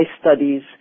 studies